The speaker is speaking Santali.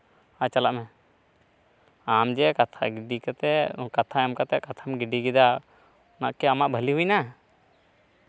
ᱟᱨ ᱪᱟᱞᱟᱜ ᱢᱮ ᱟᱢ ᱡᱮ ᱠᱟᱛᱷᱟ ᱜᱤᱰᱤ ᱠᱟᱛᱮᱫ ᱠᱟᱛᱷᱟ ᱮᱢ ᱠᱟᱛᱮᱫ ᱠᱟᱛᱷᱟᱢ ᱜᱤᱰᱤ ᱠᱮᱫᱟ ᱚᱱᱟᱠᱤ ᱟᱢᱟᱜ ᱵᱷᱟᱞᱤ ᱦᱩᱭᱮᱱᱟ